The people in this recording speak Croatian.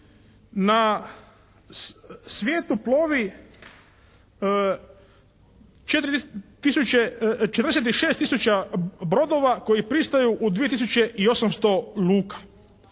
na svijetu plovi 46 tisuća brodova koji pristaju u 2800 luka.